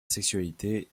sexualité